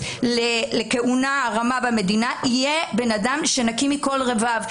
לכהונה רמה במדינה יהיה אדם שנקי מכל רבב.